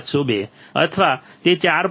702 અથવા તે 4